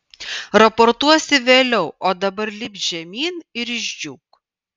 raportuosi vėliau o dabar lipk žemyn ir išdžiūk